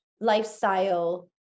lifestyle